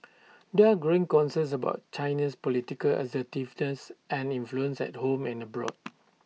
there are growing concerns about China's political assertiveness and influence at home and abroad